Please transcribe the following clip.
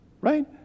right